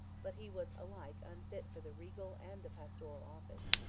but he was alike unfit for the regal and the pastoral office.